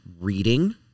reading